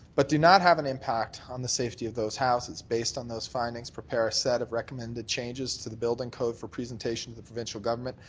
but do not have an impact on the safety of those houses based on those findings, prepare a set of recommended changes to the building code for presentation to the provincial government,